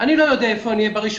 אני לא יודע איפה אני אהיה ב-1.9?